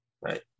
right